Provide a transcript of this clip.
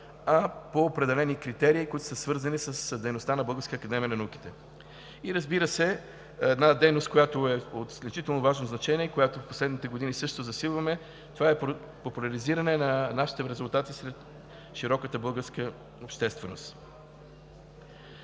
а по определени критерии, които са свързани с дейността на Българската академия на науките. И, разбира се, една дейност, която е от изключително важно значение, която в последните години също засилваме, това е популяризиране на нашите резултати сред широката българска общественост.